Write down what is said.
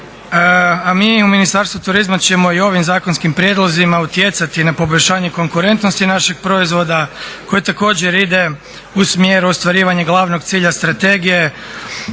a mi u Ministarstvu turizma ćemo i ovim zakonskim prijedlozima utjecati na poboljšanje konkurentnosti našeg proizvoda koji također ide u smjeru ostvarivanja glavnog cilja strategije